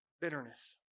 bitterness